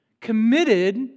committed